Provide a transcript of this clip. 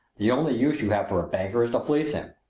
the only use you have for a banker is to fleece him!